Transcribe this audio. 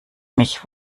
mich